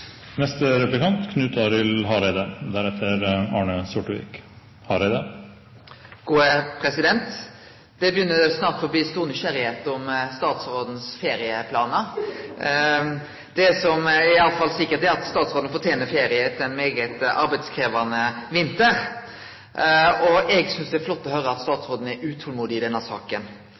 Det begynner snart å bli stor nysgjerrigheit om statsrådens ferieplanar. Det som iallfall er sikkert, er at statsråden fortener ferie etter ein svært arbeidskrevjande vinter. Eg synest det er flott å høre at statsråden er utolmodig i denne saka.